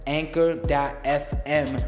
anchor.fm